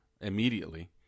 immediately